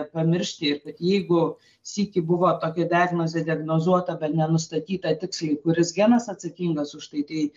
pamiršti ir kad jeigu sykį buvo tokia diagnozė diagnozuota bet nenustatyta tiksliai kuris genas atsakingas už tai tai